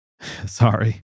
Sorry